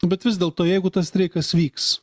bet vis dėlto jeigu tas streikas vyks